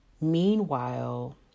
Meanwhile